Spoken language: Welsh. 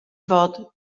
fod